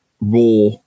Raw